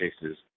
cases